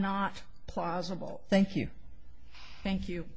not plausible thank you thank you